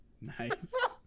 nice